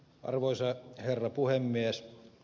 arvoisa herra puhemies